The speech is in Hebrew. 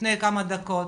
לפני כמה דקות.